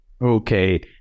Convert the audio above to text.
Okay